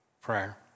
prayer